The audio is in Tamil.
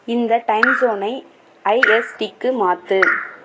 இந்த டைம் ஜோனை ஐஎஸ்டிக்கு மாற்று